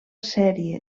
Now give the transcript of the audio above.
sèrie